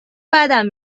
بدم